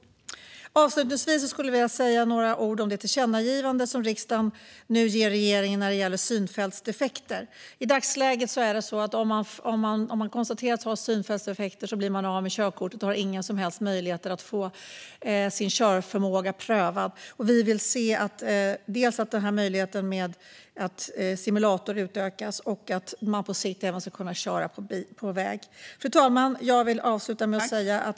Avslutningsvis skulle jag vilja säga några ord om det tillkännagivande som riksdagen nu riktar till regeringen när det gäller synfältsdefekter. I dagsläget är det så att den som har konstaterats ha synfältsdefekter blir av med körkortet och inte har några som helst möjligheter att få sin körförmåga prövad. Vi vill se att möjligheten med simulator utökas och att man på sikt även ska kunna köra på väg. Fru talman!